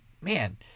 man